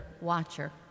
watcher